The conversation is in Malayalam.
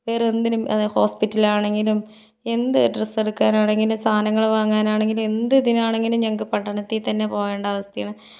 വേറെന്തിനും ഹോസ്പിറ്റലാണെങ്കിലും എന്ത് ഡ്രസ്സ് എടുക്കാനാണെങ്കിലും സാധനങ്ങൾ വാങ്ങാനാണെങ്കിലും എന്ത് ഇതിനാണെങ്കിലും ഞങ്ങൾക്ക് പട്ടണത്തിൽ തന്നേ പോകണ്ട അവസ്ഥയാണ്